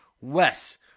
Wes